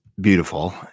beautiful